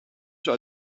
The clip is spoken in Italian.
già